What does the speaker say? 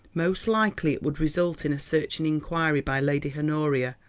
most likely it would result in a searching inquiry by lady honoria,